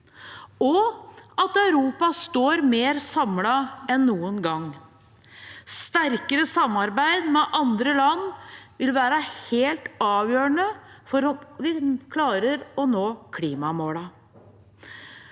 og at Europa står mer samlet enn noen gang. Sterkere samarbeid med andre land vil være helt avgjørende for om vi klarer å nå klimamålene.